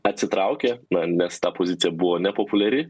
atsitraukė na nes ta pozicija buvo nepopuliari